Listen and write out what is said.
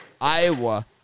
Iowa